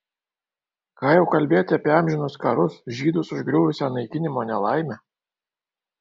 ką jau kalbėti apie amžinus karus žydus užgriuvusią naikinimo nelaimę